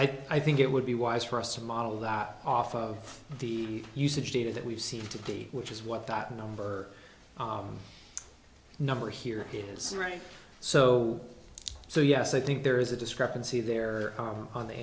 i think it would be wise for us to model that off of the usage data that we've seen today which is what that number number here is right so so yes i think there is a discrepancy there on the